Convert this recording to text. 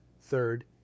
Third